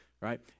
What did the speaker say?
right